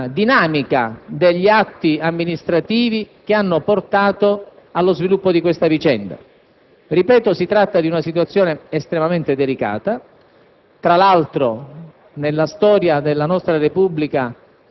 sulla correttezza e sulla dinamica degli atti amministrativi che hanno portato allo sviluppo di questa vicenda. Si tratta - ripeto - di una situazione estremamente delicata;